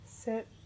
Sit